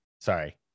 Sorry